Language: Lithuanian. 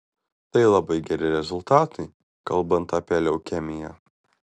tai labai geri rezultatai kalbant apie leukemiją